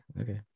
okay